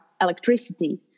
electricity